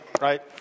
right